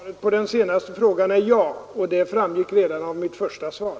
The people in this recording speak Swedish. Herr talman! Svaret på den senaste frågan är ja; detta framgick redan av mitt första svar.